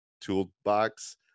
toolbox